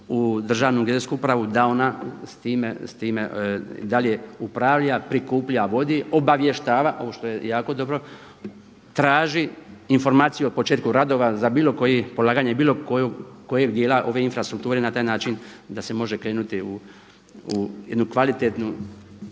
u Državnu geodetsku upravu da ona s time i dalje upravlja, prikuplja, vodi, obavještava ovo što je jako dobro, traži informaciju o početku radova za bilo koji, polaganje bilo kojeg djela ove infrastrukture i na taj način da se može krenuti u jednu kvalitetnu